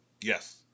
Yes